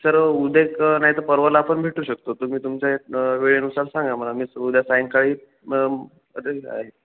sir उद्या क नाहीतर परवाला पण भेटू शकतो तुम्ही तुमच्या वेळेनुसार सांगा मला मी सं उद्या सायंकाळी अवेलेबल आहे